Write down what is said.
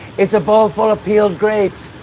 it's a bowl full of peeled grapes!